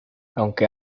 aunque